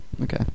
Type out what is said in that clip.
Okay